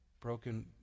Broken